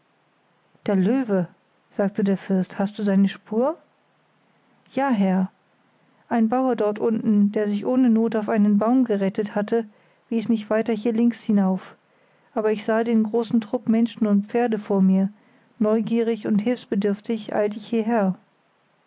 der löwe sagte der fürst hast du seine spur ja herr ein bauer dort unten der sich ohne not auf einen baum gerettet hatte wies mich weiter hier links hinauf aber ich sah den großen trupp menschen und pferde vor mir neugierig und hilfsbedürftig eilt ich hierher